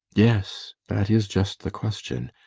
yes, that is just the question!